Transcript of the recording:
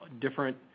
different